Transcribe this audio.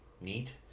neat